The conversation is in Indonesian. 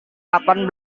kapan